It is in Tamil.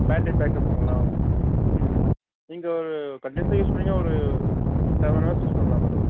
பேட்டரி பேக்கப்புங்களா நீங்கள் ஒரு கண்டினியூஸாக யூஸ் பண்ணீங்கனா ஒரு செவன் அவர்ஸ் யூஸ் பண்ணலாம் மேடம்